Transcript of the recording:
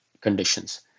conditions